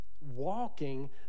walking